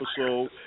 episode